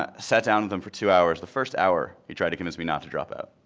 ah sat down with him for two hours. the first hour he tried to convince me not to drop out.